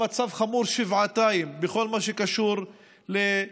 המצב חמור שבעתיים בכל מה שקשור למטופלים